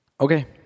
Okay